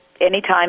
anytime